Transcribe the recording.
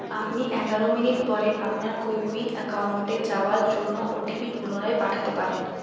আপনি এগারো মিনিট পরে আপনার কোউইন অ্যাকাউন্টে যাওয়ার জন্য ওটিপি পুনরায় পাঠাতে পারেন